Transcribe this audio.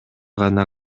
гана